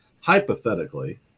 hypothetically